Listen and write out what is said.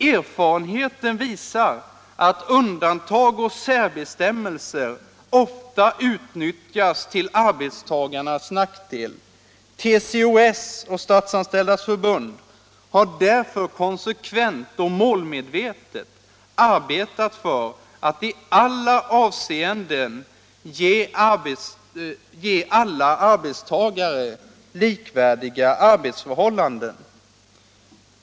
Erfarenheten visar att undantag och särbestämmelser ofta utnyttjas till arbetstagarnas nackdel. TCO-S och SF har därför konsekvent och målmedvetet arbetat för att i alla avseenden ge alla arbetstagare likvärdiga arbetsförhållanden.